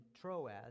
Troas